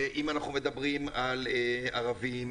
אם אנחנו מדברים על ערבים,